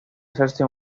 hacerse